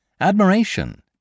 admiration